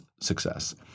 success